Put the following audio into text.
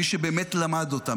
מי שבאמת למד אותה,